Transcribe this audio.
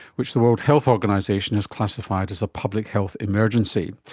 which the world health organisation has classified as a public health emergency.